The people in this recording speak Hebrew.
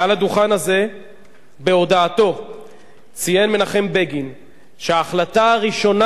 מעל הדוכן הזה בהודעתו ציין מנחם בגין כי ההחלטה הראשונה